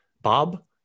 Bob